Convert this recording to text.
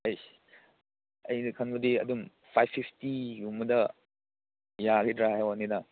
ꯑꯩꯁ ꯑꯩꯅ ꯈꯟꯕꯗꯤ ꯑꯗꯨꯝ ꯐꯥꯏꯕ ꯐꯤꯐꯇꯤꯒꯨꯝꯕꯗ ꯌꯥꯒꯗ꯭ꯔꯥ ꯍꯥꯏꯕ ꯋꯥꯅꯤꯗ